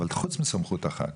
חוץ מסמכות אחת: